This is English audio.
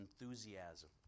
enthusiasm